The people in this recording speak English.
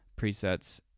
presets